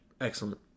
Excellent